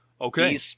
Okay